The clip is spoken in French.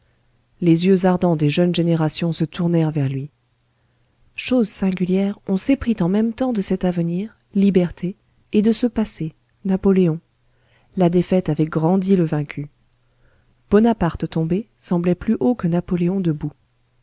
les yeux ardents des jeunes générations se tournèrent vers lui chose singulière on s'éprit en même temps de cet avenir liberté et de ce passé napoléon la défaite avait grandi le vaincu bonaparte tombé semblait plus haut que napoléon debout